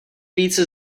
více